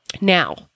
Now